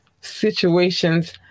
situations